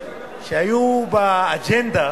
שהיו באג'נדה